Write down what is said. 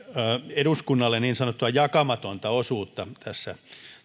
eduskunnalle niin sanottua jakamatonta osuutta tässä